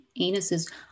Anuses